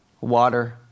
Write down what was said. water